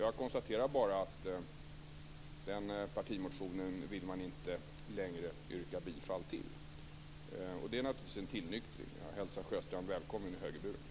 Jag konstaterar bara att man inte längre vill yrka bifall till den partimotionen. Det är naturligtvis en tillnyktring. Jag hälsar Sjöstrand välkommen i högerburen.